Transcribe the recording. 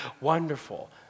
wonderful